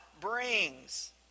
brings